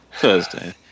Thursday